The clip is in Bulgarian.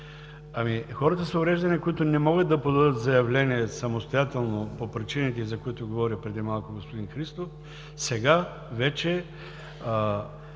Хората с увреждания, които не могат да подадат самостоятелно заявление по причините, за които говори преди малко господин Христов, сега вече